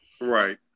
Right